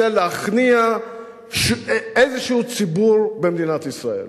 להכניע איזה ציבור במדינת ישראל.